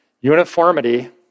Uniformity